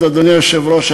אדוני היושב-ראש,